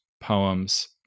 poems